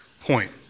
point